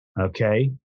Okay